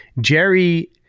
Jerry